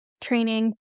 training